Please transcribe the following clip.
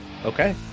Okay